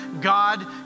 God